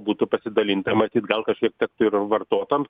būtų pasidalinta matyt gal kažkaip kad ir vartotojams